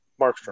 Markstrom